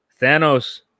Thanos